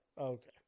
Okay